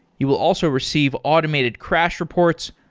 you will also receive automated crash reports,